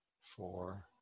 Four